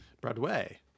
Broadway